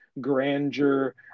Grandeur